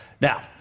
Now